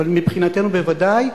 אבל מבחינתנו בוודאי,